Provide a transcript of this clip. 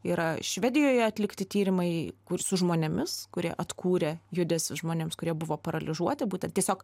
yra švedijoje atlikti tyrimai kur su žmonėmis kurie atkūrė judesį žmonėms kurie buvo paralyžiuoti būtent tiesiog